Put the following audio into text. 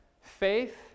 Faith